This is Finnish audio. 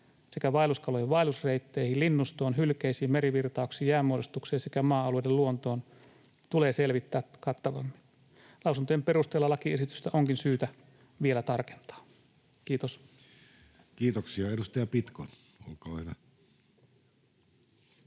sekä vaelluskalojen vaellusreitteihin, linnustoon, hylkeisiin, merivirtauksiin, jäänmuodostukseen sekä maa-alueiden luontoon tulee selvittää kattavammin. Lausuntojen perusteella lakiesitystä onkin syytä vielä tarkentaa. — Kiitos. [Speech 104] Speaker: